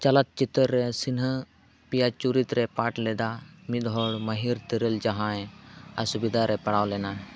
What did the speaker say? ᱪᱚᱞᱚᱛ ᱪᱤᱛᱟᱹᱨ ᱨᱮ ᱥᱤᱱᱦᱟᱹ ᱯᱤᱭᱟ ᱪᱩᱨᱤᱛᱨᱮ ᱯᱟᱴᱷᱞᱮᱫᱟ ᱢᱤᱫᱦᱚᱲ ᱢᱟᱹᱦᱤᱨ ᱛᱤᱨᱟᱹᱞ ᱡᱟᱦᱟᱸᱭ ᱚᱥᱩᱵᱤᱫᱷᱟᱨᱮ ᱯᱟᱲᱟᱣ ᱞᱮᱱᱟᱭ